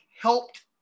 helped